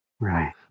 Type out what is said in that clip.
right